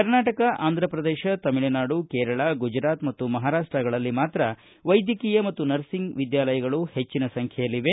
ಕರ್ನಾಟಕ ಆಂಧ್ರಪ್ರದೇಶ ತಮಿಳುನಾಡು ಕೇರಳ ಗುಜರಾತ್ ಮತ್ತು ಮಹಾರಾಷ್ಷಗಳಲ್ಲಿ ಮಾತ್ರ ವೈದ್ಯಕೀಯ ಮತ್ತು ನರ್ಸಿಂಗ್ ವಿದ್ಯಾಲಯಗಳು ಹೆಚ್ಚಿನ ಸಂಬೈಯಲ್ಲಿದೆ